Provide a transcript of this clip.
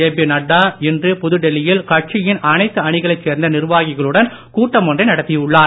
JP Nadda இன்று புதுடில்லியில் கட்சியின் அனைத்து அணிகளைச் சேர்ந்த நிர்வாகிகளுடன் கூட்டம் ஒன்றை நடத்தியுள்ளார்